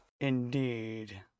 indeed